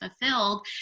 fulfilled